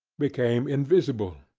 became invisible,